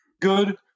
good